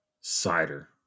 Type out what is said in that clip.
cider